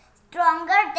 stronger